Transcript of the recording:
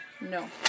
No